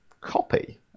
copy